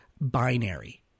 binary